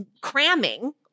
cramming